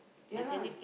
ya lah